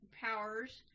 powers